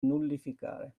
nullificare